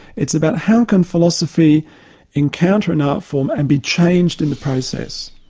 it's about how can philosophy encounter an art form and be changed in the process.